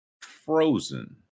frozen